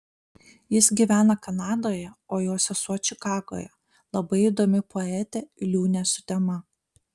jis gyvena kanadoje o jo sesuo čikagoje labai įdomi poetė liūnė sutema